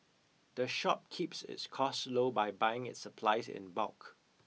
the shop keeps its costs low by buying its supplies in bulk